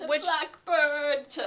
blackbird